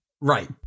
Right